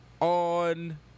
On